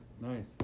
Nice